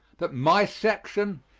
that my section,